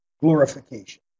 glorification